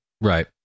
Right